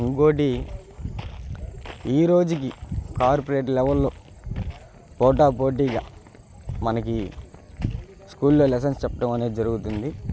ఇంకొకటి ఈ రోజుకి కార్పోరేట్ లెవెల్లో పోటా పోటీగా మనకి స్కూల్లో లెస్సన్ చెప్పడమనేది జరుగుతుంది